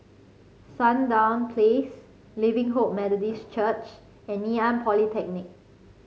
Sandown Place Living Hope Methodist Church and Ngee Ann Polytechnic